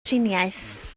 triniaeth